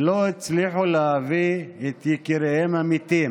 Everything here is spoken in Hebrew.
לא הצליחו להביא את יקיריהם המתים